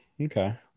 Okay